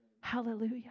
Hallelujah